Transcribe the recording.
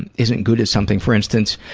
and isn't good at something. for instance,